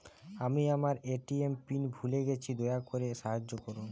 আমি আমার ATM PIN ভুলে গেছি, দয়া করে সাহায্য করুন